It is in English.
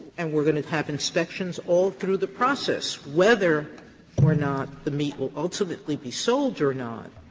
and we are going to have inspections all through the process, whether or not the meat will ultimately be sold or not